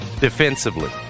defensively